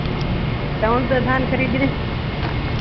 कौन सा धान खरीदने